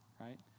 right